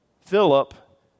Philip